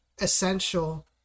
essential